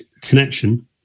connection